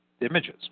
images